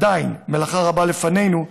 ועדיין מלאכה רבה לפנינו,